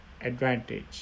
Advantage